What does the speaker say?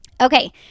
Okay